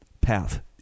path